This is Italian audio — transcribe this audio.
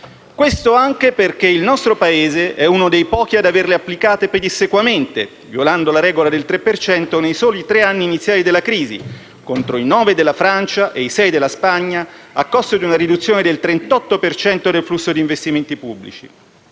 Questo anche perché il nostro Paese è uno dei pochi ad averle applicate pedissequamente, violando la regola del 3 per cento nei soli tre anni iniziali della crisi, contro i 9 della Francia e i 6 della Spagna, a costo di una riduzione del 38 per cento del flusso di investimenti pubblici.